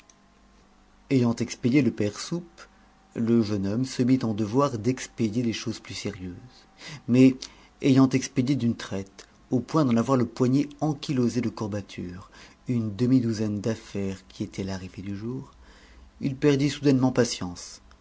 ayant expédié le père soupe le jeune homme se mit en devoir d'expédier des choses plus sérieuses mais ayant expédié d'une traite au point d'en avoir le poignet ankylosé de courbatures une demi-douzaine d'affaires qui étaient l'arrivée du jour il perdit soudainement patience